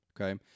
okay